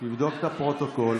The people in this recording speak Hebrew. תבדוק את הפרוטוקול.